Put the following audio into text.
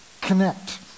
connect